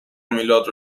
میلاد